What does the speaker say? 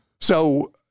So-